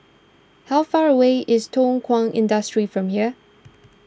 how far away is Thow Kwang Industry from here